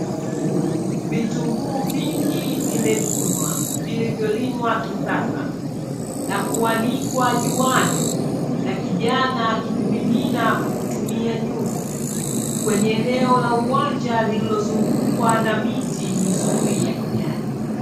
Vitunguu vingi vimevunwa vilivyolimwa kisasa na kuanikwa juani, na kijana akivimimina kwa kutumia nyungo kwenye eneo la uwanja lililozungukwa na miti mizuri ya kijani.